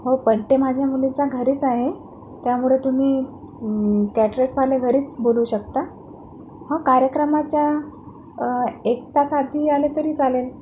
हो बड्डे माझ्या मुलीचा घरीच आहे त्यामुळे तुम्ही कॅटरर्सवाले घरीच बोलवू शकता हा कार्यक्रमाच्या अ एक तास आधी आले तरी चालेल